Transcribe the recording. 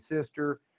sister